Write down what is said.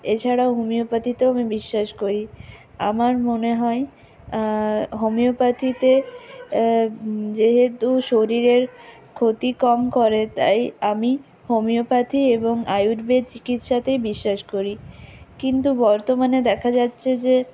এছাড়াও হোমিওপ্যাথিতেও আমি বিশ্বাস করি আমার মনে হয় হোমিওপ্যাথিতে যেহেতু শরীরের ক্ষতি কম করে তাই আমি হোমিওপ্যাথি এবং আয়ুর্বেদ চিকিৎসাতেই বিশ্বাস করি কিন্তু বর্তমানে দেখা যাচ্ছে যে